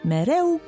Mereu